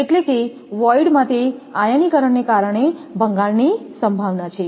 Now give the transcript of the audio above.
એટલે કે વોઈડ માં તે આયનીકરણને કારણે ભંગાણની સંભાવના છે